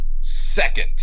second